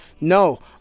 no